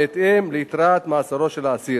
בהתאם ליתרת מאסרו של האסיר.